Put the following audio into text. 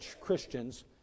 Christians